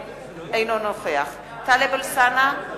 אינו נוכח טלב אלסאנע,